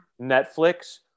Netflix